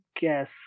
guess